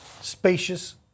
spacious